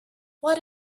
what